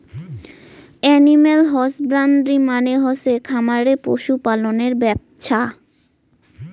animal husbandry মানে হসে খামারে পশু পালনের ব্যপছা